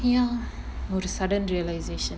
ya to sudden realisation